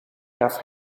gaf